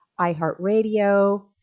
iheartradio